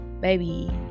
baby